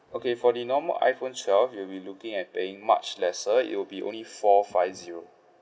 okay for the normal iPhone twelve you'll be looking at paying much lesser it will be only four five zero